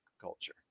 culture